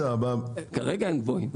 כרגע הם גבוהים.